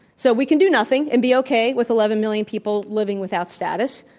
so we can do nothing and be okay with eleven million people living without status,